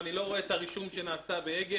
אני לא רואה את הרישום שנעשה באגד.